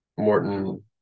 Morton